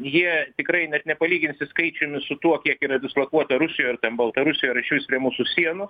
jie tikrai net nepalyginsi skaičiumi su tuo kiek yra dislokuota rusijoj ar baltarusijoj ar išvis prie mūsų sienų